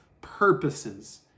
purposes